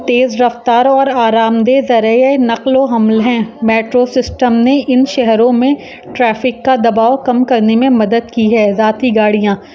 تیز رفتار اور آرام دہ ذریعۂ نقل و حمل ہیں میٹرو سسٹم نے ان شہروں میں ٹریفک کا دباؤ کم کرنے میں مدد کی ہے ذاتی گاڑیاں